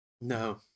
No